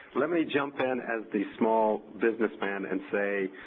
let me jump in as the small businessman and say,